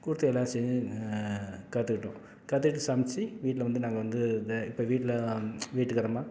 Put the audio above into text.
கொடுத்து எல்லாம் செ கற்றுக்கிட்டோம் கற்றுக்கிட்டு சமைச்சு வீட்டில் வந்து நாங்கள் வந்து இப்போ வீட்டில் வீட்டுக்கார அம்மா